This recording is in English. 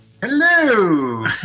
Hello